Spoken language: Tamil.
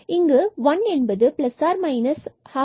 இங்கு 1 12க்கு சமமானது